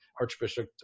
archbishop